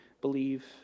believe